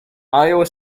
iowa